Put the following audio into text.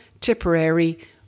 Tipperary